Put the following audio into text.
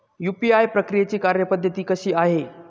UPI प्रक्रियेची कार्यपद्धती कशी आहे?